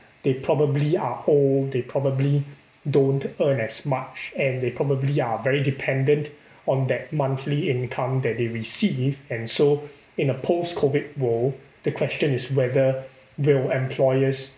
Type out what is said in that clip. they probably are old they probably don't earn as much and they probably are very dependent on that monthly income that they receive and so in a post COVID world the question is whether will employers